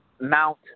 mount